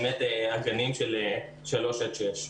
באמת הגנים של שלוש עד שש.